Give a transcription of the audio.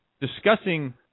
Discussing